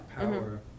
power